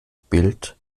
bild